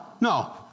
No